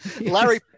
Larry